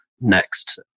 next